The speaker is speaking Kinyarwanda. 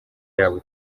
yabo